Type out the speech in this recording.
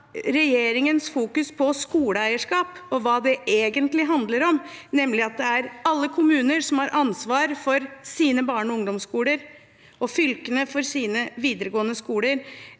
regjeringen fokuserer på skoleeierskap og hva det egentlig handler om, nemlig at alle kommuner har ansvar for sine barneog ungdomsskoler og fylkene for sine videregående skoler.